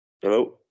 Hello